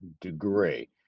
degree